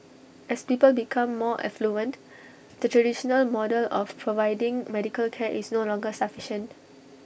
as people become more affluent the traditional model of providing medical care is no longer sufficient